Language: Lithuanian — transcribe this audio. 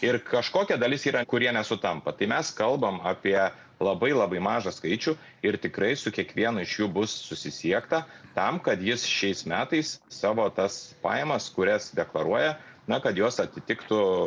ir kažkokia dalis yra kurie nesutampa tai mes kalbam apie labai labai mažą skaičių ir tikrai su kiekvienu iš jų bus susisiekta tam kad jis šiais metais savo tas pajamas kurias deklaruoja na kad jos atitiktų